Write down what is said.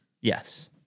Yes